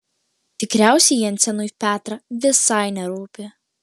tikriausiai jensenui petrą visai nerūpi